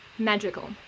magical